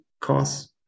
cause